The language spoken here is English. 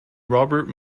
robert